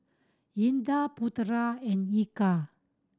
Indah Putera and Eka